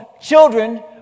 children